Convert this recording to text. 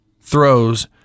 throws